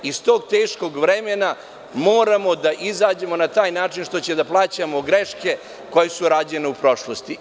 Iz tog teškog vremena moramo da izađemo na taj način što ćemo plaćati greške koje su rađene u prošlosti.